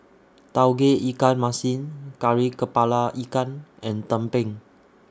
Tauge Ikan Masin Kari Kepala Ikan and Tumpeng